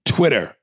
Twitter